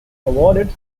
awarded